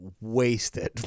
wasted